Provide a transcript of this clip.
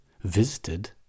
visited